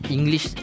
English